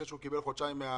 אחרי שהוא קיבל חודשיים מענק,